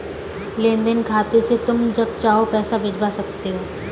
लेन देन खाते से तुम जब चाहो पैसा भिजवा सकते हो